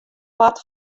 part